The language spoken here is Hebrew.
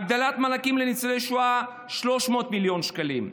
הגדלת מענקים לניצולי שואה, 300 מיליון שקלים,